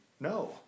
no